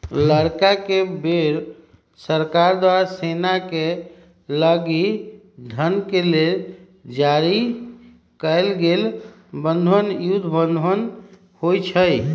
लड़ाई के बेर सरकार द्वारा सेनाके लागी धन के लेल जारी कएल गेल बन्धन युद्ध बन्धन होइ छइ